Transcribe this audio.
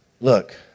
look